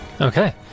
Okay